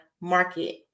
market